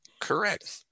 Correct